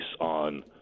on